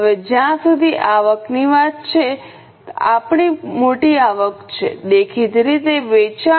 હવે જ્યાં સુધી આવકની વાત છે આપણી મોટી આવક છે દેખીતી રીતે વેચાણ